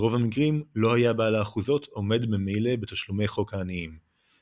ברוב המקרים לא היה בעל האחוזות עומד ממילא בתשלומי "חוק העניים",